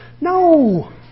No